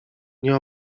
nie